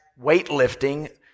weightlifting